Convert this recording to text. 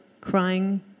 crying